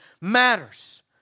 matters